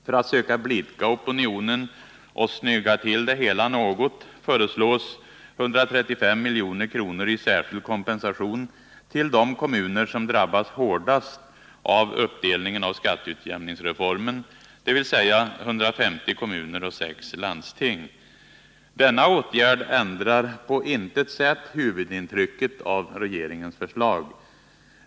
För att söka blidka opinionen och snygga till det hela något föreslås 135 milj.kr. i särskild kompensation till de kommuner som drabbas hårdast av uppdelningen av skatteutjämningsreformen, dvs. 150 kommuner och 6 landsting. Denna åtgärd ändrar på intet sätt huvudintrycket av regeringens förslag.